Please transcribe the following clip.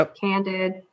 candid